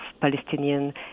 Palestinian